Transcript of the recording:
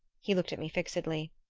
he looked at me fixedly.